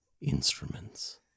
instruments